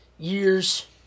Years